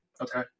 Okay